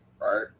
Right